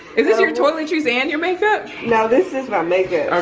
is this your toiletries and your makeup? no, this is my makeup.